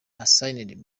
assigned